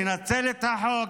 לנצל את החוק,